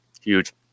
huge